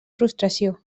frustració